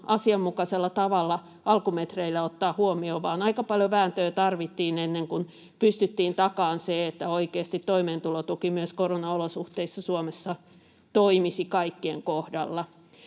asianmukaisella tavalla alkumetreillä ottaa huomioon, vaan aika paljon vääntöä tarvittiin, ennen kuin pystyttiin takaamaan se, että oikeasti toimeentulotuki myös koronaolosuhteissa toimisi Suomessa kaikkien kohdalla.